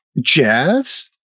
Jazz